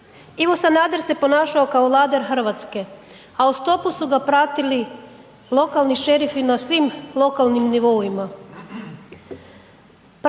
Ivo Sanader se ponašao kao vladar Hrvatske a u stopu su ga pratili lokalni šerifi na svim lokalnim nivoima.